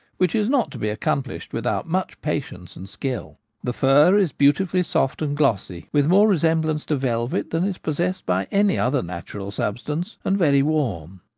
which is not to be accom plished without much patience and skill the fur is beautifully soft and glossy, with more resemblance to velvet than is possessed by any other natural sub stance, and very warm.